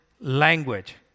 language